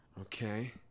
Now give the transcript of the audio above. Okay